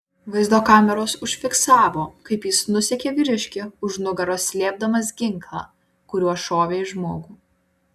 vaizdo kameros užfiksavo kaip jis nusekė vyriškį už nugaros slėpdamas ginklą kuriuo šovė į žmogų